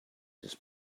this